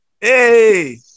Hey